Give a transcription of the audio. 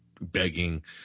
begging